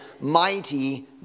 Mighty